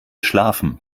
schlafen